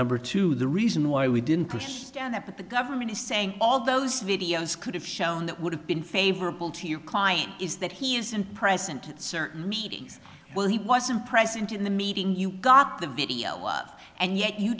number two the reason why we didn't push down that the government is saying all those videos could have shown that would have been favorable to your client is that he isn't present at certain meetings well he wasn't present in the meeting you got the video and yet you